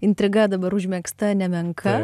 intriga dabar užmegzta nemenka